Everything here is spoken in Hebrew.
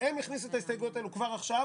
הם הכניסו את ההסתייגויות האלה כבר עכשיו,